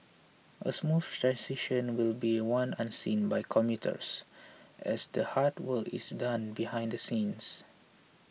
a smooth transition will be one unseen by commuters as the hard work is done behind the scenes